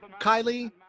Kylie